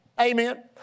Amen